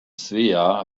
svea